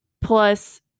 plus